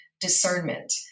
discernment